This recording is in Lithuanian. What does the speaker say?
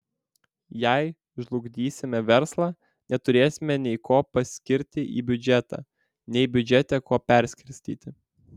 jei žlugdysime verslą neturėsime nei ko paskirti į biudžetą nei biudžete ko perskirstyti